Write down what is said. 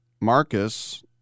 Marcus